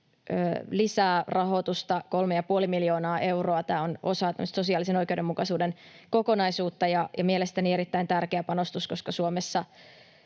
lisää rahoitusta 3,5 miljoonaa euroa. Tämä on osa tämmöistä sosiaalisen oikeudenmukaisuuden kokonaisuutta ja mielestäni erittäin tärkeä panostus, koska Suomessa